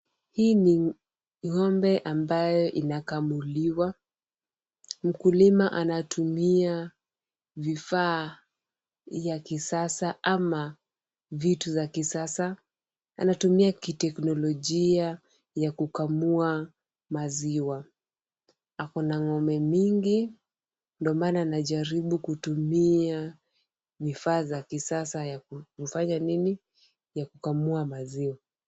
Hii ni ng'ombe ambayo inakamuliwa. Mkulima anatumia vifaa ya kisasa ama vitu za kisasa. Anatumia kiteknolojia ya kukamua maziwa. Akona ng'ombe mingi ndio maana anajaribu kutumia vifaa za kisasa ya kufanya nini ya kukamua maziwa.